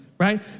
right